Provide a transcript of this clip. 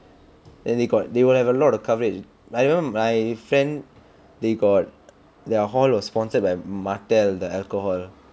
and they got they will have a lot of coverage like you know my friend they got their hall got sponsored by mattel the alcohol